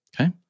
okay